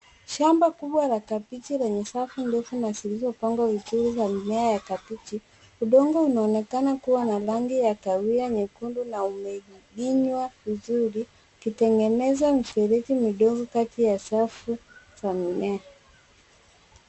Shamba kubwa la kabichi lenye safu ndefu na zilizo pangwa vizuri na mimea ya kabichi. Udongo unaonekana kuwa na rangi ya kahawia nyekundu na umelimwa vizuri ukitengeneza mifereji midogo kati ya safu za mimea.